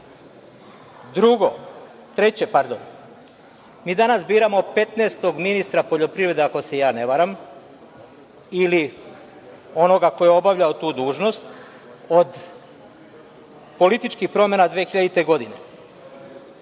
univerziteta. Treće, mi danas biramo 15-og ministra poljoprivrede, ako se ja ne varam, ili onoga ko je obavljao tu dužnost od političkih promena 2000. godine.